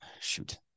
Shoot